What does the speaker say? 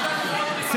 השר דיכטר.